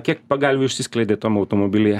kiek pagalvių išsiskleidė tam automobilyje